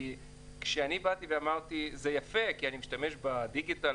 כשבאתי ואמרתי שזה יפה, כי אני משתמש בדיגיטל